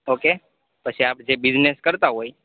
okay પછી આપ જે બિઝનેસ કરતાં હોય